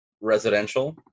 residential